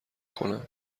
کنم